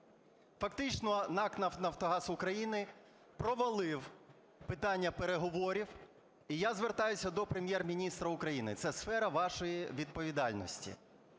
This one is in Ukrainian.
Фактично, НАК "Нафтогаз України" провалив питання переговорів. І я звертаюся до Прем'єр-міністра України, це сфера вашої відповідальності.